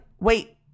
wait